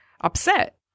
upset